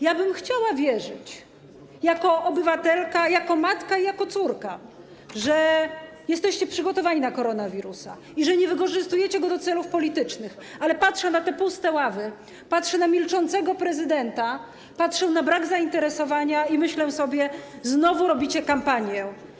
Ja bym chciała wierzyć jako obywatelka, jako matka i jako córka, że jesteście przygotowani na koronawirusa i że nie wykorzystujecie go do celów politycznych, ale patrzę na te puste ławy, patrzę na milczącego prezydenta, patrzę na brak zainteresowania i myślę sobie, że znowu robicie kampanię.